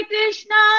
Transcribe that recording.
Krishna